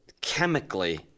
chemically